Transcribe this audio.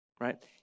right